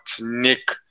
Nick